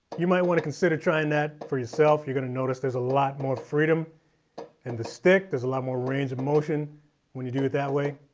you might want to consider trying that for yourself. you're going to notice there's a lot more freedom in the stick. there's a lot more range of motion when you do it that way.